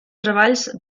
treballs